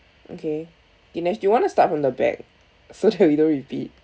okay vinesh do you want to start from the back so that we don't repeat